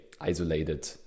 isolated